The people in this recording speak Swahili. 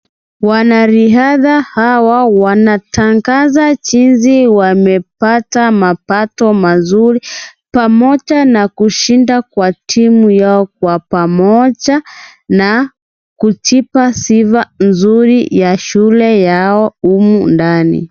Wanariadha hawa wanatangaza jinsi wamepata mapato mazuri pamoja na kushinda kwa timu yao kwa pamoja na kujipa sifa nzuri ya shule yao humu ndani.